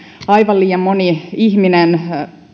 aivan liian moni ihminen